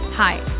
Hi